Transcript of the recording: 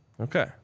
Okay